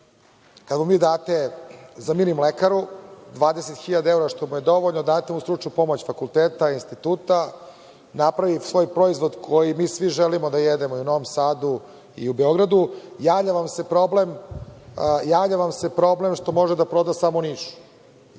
kada mu vi date za mini mlekaru 20.000 evra, što mu je dovoljno, date mu stručnu pomoć fakulteta, instituta, napravite svoj proizvod koji mi svi želimo da jedemo i u Novom Sadu i u Beogradu, javlja vam se problem što može da proda samo u